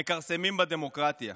מכרסמים בדמוקרטיה.